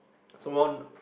someone